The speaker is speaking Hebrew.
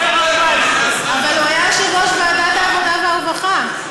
אבל הוא היה יושב-ראש ועדת העבודה והרווחה.